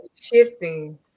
shifting